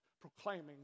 proclaiming